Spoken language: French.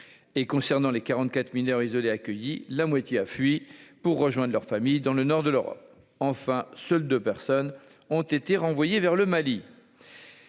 et concernant les 44 mineurs isolés accueillis la moitié a fui pour rejoindre leur famille dans le nord de l'Europe enfin, seules 2 personnes ont été renvoyées vers le Mali.